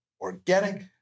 organic